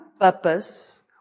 purpose